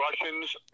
Russians